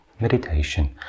meditation